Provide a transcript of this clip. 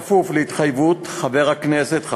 בכפוף להתחייבות חבר הכנסת המציע,